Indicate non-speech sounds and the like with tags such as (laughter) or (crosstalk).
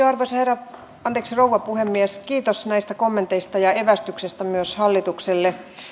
(unintelligible) arvoisa rouva puhemies kiitos näistä kommenteista ja evästyksistä myös hallitukselle